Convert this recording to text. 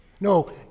no